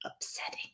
upsetting